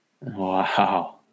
Wow